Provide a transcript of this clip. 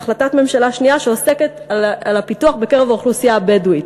והחלטת ממשלה שנייה שעוסקת בפיתוח בקרב האוכלוסייה הבדואית.